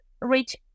reach